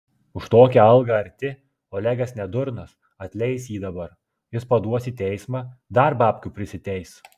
už tokią algą arti olegas ne durnas atleis jį dabar jis paduos į teismą dar babkių prisiteis